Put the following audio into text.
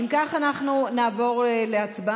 אם כך, אנחנו נעבור להצבעה.